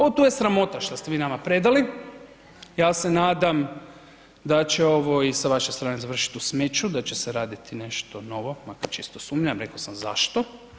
Ovo tu je sramota šta ste vi nama predali, ja se nadam da će ovo i sa vaše strane završiti u smeću, da će se raditi nešto novo, makar čisto sumnjam rekao sam zašto.